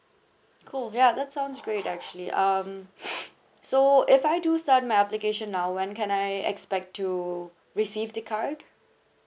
cool ya that sounds great actually um so if I do start my application now when can I expect to receive the card